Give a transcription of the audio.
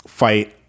fight